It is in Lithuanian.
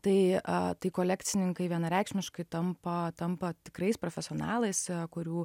tai a tai kolekcininkai vienareikšmiškai tampa tampa tikrais profesionalais kurių